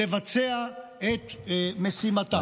לבצע את משימתה.